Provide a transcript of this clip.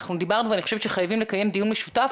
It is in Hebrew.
אנחנו דיברנו ואני חושבת שחייבים לקיים דיון משותף